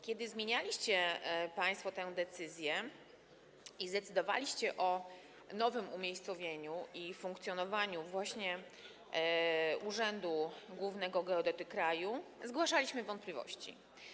Kiedy zmienialiście państwo tę decyzję i zdecydowaliście o nowym umiejscowieniu i funkcjonowaniu właśnie urzędu głównego geodety kraju, zgłaszaliśmy wątpliwości.